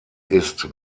ist